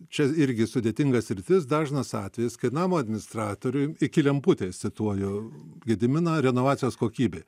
čia irgi sudėtingas ir vis dažnas atvejis kai namo administratoriui iki lemputės cituoju gediminą renovacijos kokybė